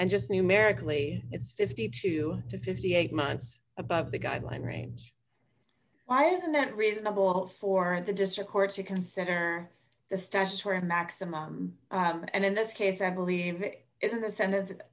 and just numerically it's fifty two to fifty eight months above the guideline range why isn't it reasonable for the district court to consider the statutory maximum and in this case i believe it is in the senate